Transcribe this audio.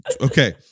Okay